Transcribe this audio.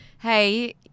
Hey